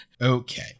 Okay